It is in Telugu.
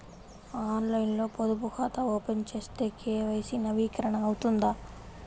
ఆన్లైన్లో పొదుపు ఖాతా ఓపెన్ చేస్తే కే.వై.సి నవీకరణ అవుతుందా?